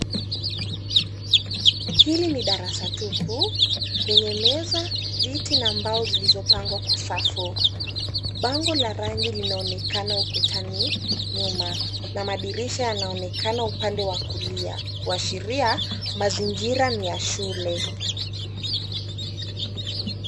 Hili ni darasa tupu lenye meza, viti na mbao zilizopangwa kwa safu. Bango la rangi linaonekana ukutani nyuma, na madirisha yanaonekana upande wa kulia, kuashiria mazingira ni ya shule.